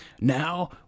Now